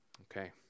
Okay